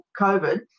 COVID